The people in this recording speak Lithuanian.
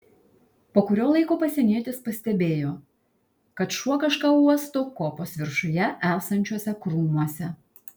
po kurio laiko pasienietis pastebėjo kad šuo kažką uosto kopos viršuje esančiuose krūmuose